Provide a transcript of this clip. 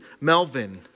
Melvin